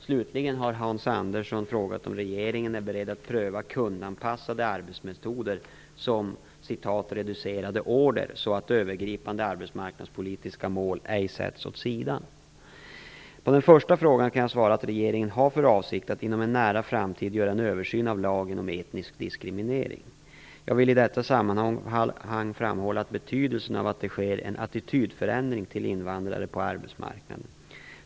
Slutligen har Hans Andersson frågat om regeringen är beredd att pröva kundanpassade arbetsmetoder som "reducerade order", så att övergripande arbetsmarknadspolitiska mål ej sätts åt sidan. På den första frågan kan jag svara att regeringen har för avsikt att inom en nära framtid göra en översyn av lagen mot etnisk diskriminering. Jag vill i detta sammanhang framhålla betydelsen av att det sker en attitydförändring till invandrare på arbetsmarknaden.